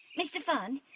mr funn?